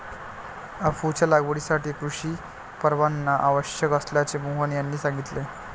अफूच्या लागवडीसाठी कृषी परवाना आवश्यक असल्याचे मोहन यांनी सांगितले